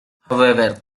however